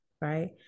right